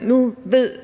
nu ved